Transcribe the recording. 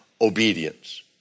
obedience